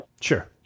Sure